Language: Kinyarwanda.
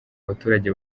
abaturage